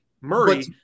murray